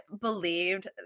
believed